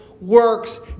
works